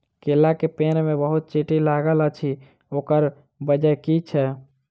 केला केँ पेड़ मे बहुत चींटी लागल अछि, ओकर बजय की छै?